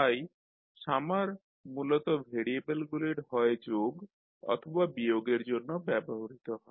তাই সামার মূলত ভেরিয়েবলগুলির হয় যোগ অথবা বিয়োগের জন্য ব্যবহৃত হয়